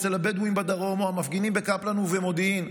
אצל הבדואים בדרום או המפגינים בקפלן ובמודיעין,